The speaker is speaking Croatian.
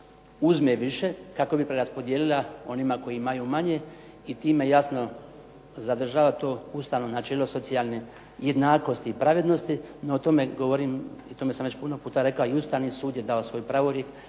uzme više kako bi preraspodijelila onima koji imaju manje i time jasno zadržala to ustavno načelo socijalne jednakosti i pravednosti. No, o tome govorim i o tome sam već puno puta rekla i Ustavni sud je dao svoj pravorijek